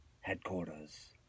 headquarters